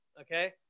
Okay